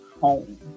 home